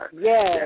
Yes